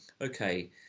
okay